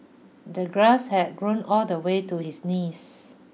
the grass had grown all the way to his knees